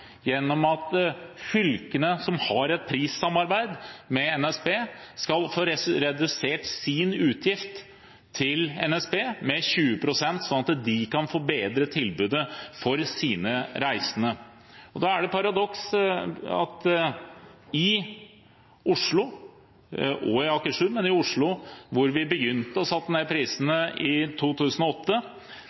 gjennom at fylkene, som har et prissamarbeid med NSB, skal få redusert sin utgift til NSB med 20 pst., slik at de kan forbedre tilbudet for sine reisende. Det er et paradoks at man i Oslo, og også i Akershus, hvor vi begynte å sette ned prisene i 2008,